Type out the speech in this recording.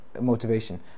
motivation